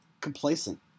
complacent